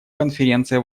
конференция